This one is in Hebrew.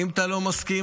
אם אתה לא מסכים,